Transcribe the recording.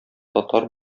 татар